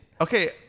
Okay